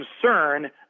concern